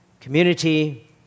community